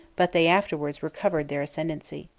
but they afterwards recovered their ascendency.